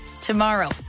tomorrow